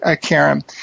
Karen